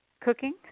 cooking